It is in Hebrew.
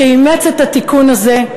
שאימץ את התיקון הזה,